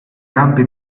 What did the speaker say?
campi